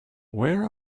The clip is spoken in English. where